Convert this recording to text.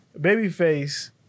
Babyface